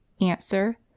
Answer